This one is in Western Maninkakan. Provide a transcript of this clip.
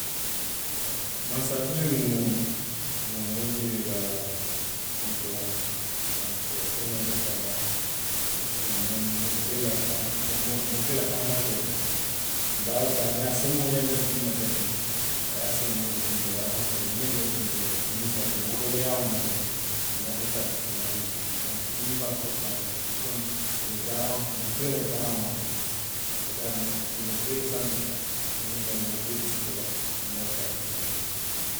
Mansakee mu moo bee la kutu teeraŋo le ti. Donku ate le ňanta tara la moolu bee la faŋ, mo. mo. moo bee la fankantoo loŋ. Dulaa woo dulaa niŋ a senboo ňanta dunna daamiŋ, a ye a senboo dunŋ jee a ye a loŋ ko ňiŋ ňanta dunna jaŋ ne komisaa wo eriyaa moolu i ňanta xaamiŋ ňaama, donku niŋ i be a fo la faransi kaŋo la se lo garaŋ; moolu bee la garaŋo mu ate le ti duumoo bee santo la, ate le ňanta moo bee puusee la puru ňaato taa ye sooneyaa noo